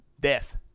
death